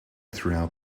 throughout